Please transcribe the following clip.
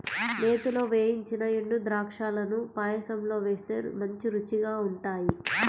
నేతిలో వేయించిన ఎండుద్రాక్షాలను పాయసంలో వేస్తే మంచి రుచిగా ఉంటాయి